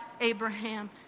Abraham